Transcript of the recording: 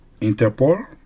Interpol